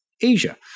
Asia